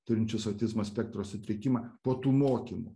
turinčius autizmo spektro sutrikimą po tų mokymų